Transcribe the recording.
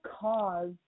cause